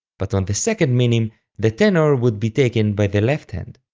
but on the second minim the tenor would be taken by the left hand.